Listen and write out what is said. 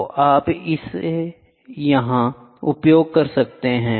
तो आप इसे यहाँ उपयोग कर सकते हैं